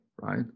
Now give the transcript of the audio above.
right